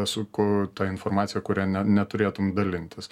su ku ta informacija kurią ne neturėtum dalintis